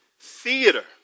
theater